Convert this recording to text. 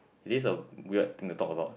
it is a weird thing to talk about